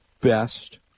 best